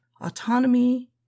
autonomy